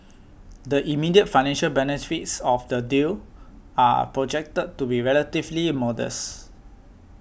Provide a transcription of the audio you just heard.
the immediate financial benefits of the deal are projected to be relatively modest